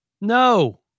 No